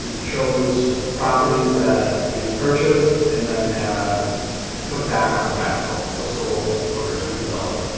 shows properties that we've purchased and then have put back on the tax roll. so sold, or redeveloped.